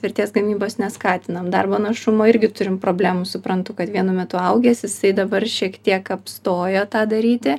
vertės gamybos neskatinam darbo našumo irgi turim problemų suprantu kad vienu metu augęs jisai dabar šiek tiek apstojo tą daryti